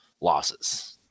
losses